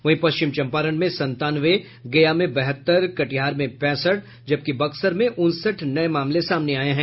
वहीं पश्चिम चंपारण में संतानवे गया में बहत्तर कटिहार में पैंसठ जबकि बक्सर में उनसठ नये मामले सामने आये हैं